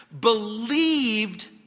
believed